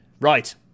Right